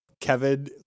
Kevin